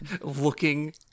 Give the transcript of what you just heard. looking